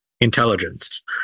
intelligence